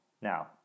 Now